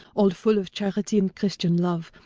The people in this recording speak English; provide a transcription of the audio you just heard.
all full of charity and christian love,